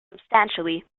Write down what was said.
substantially